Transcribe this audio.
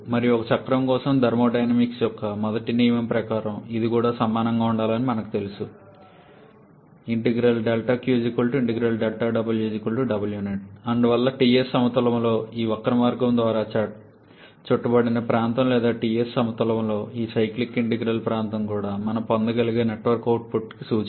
మరియు ఒక చక్రం కోసం థర్మోడైనమిక్స్ యొక్క మొదటి నియమం ప్రకారం ఇది కూడా సమానంగా ఉండాలని మనకు తెలుసు అందువల్ల Ts సమతలములో ఈ వక్రమార్గం ద్వారా చుట్టబడిన ప్రాంతం లేదా Ts సమతలములో ఈ సైక్లిక్ ఇంటిగ్రల్ ప్రాంతం కూడా మనం పొందగలిగే నెట్వర్క్ అవుట్పుట్కి సూచన